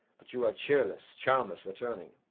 but you are cheerless, charmless, returning.